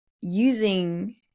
using